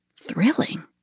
thrilling